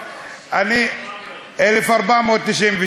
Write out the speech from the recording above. ב-1400.